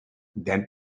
than